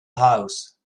house